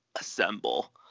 Assemble